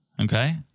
Okay